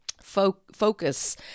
focus